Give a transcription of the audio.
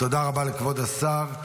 תודה רבה לכבוד השר.